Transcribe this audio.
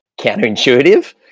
counterintuitive